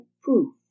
proof